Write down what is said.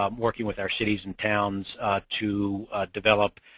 um working with our cities and towns to develop